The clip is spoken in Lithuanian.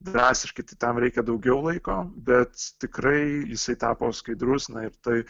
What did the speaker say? drastiškai tai tam reikia daugiau laiko bet tikrai jisai tapo skaidrus na ir tai